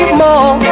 more